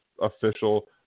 official